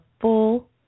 full